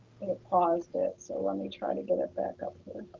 it paused it. so let me try to get it back up here